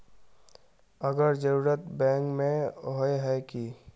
अगर जरूरत बैंक में होय है की?